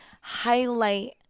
highlight